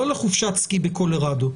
לא לחופשת סקי בקולורדו,